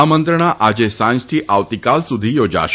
આ મંત્રણા આજે સાંજથી આવતીકાલ સુધી યોજાશે